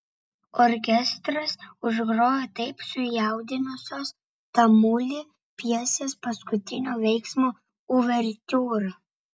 orkestras užgrojo taip sujaudinusios tamulį pjesės paskutinio veiksmo uvertiūrą